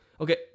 okay